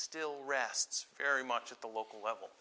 still rests very much at the local level